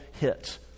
hit